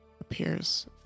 appears